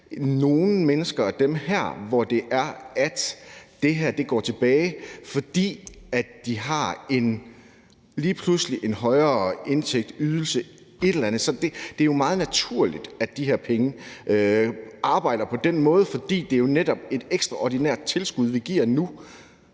nogle mennesker blandt dem her, hvor det her går tilbage, fordi de lige pludselig har en højere indtægt eller ydelse eller et eller andet. Så det er jo meget naturligt, at de her penge arbejder på den måde, fordi det jo netop er et ekstraordinært tilskud, vi giver nu.